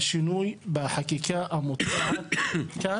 בשינוי בחקיקה כאן.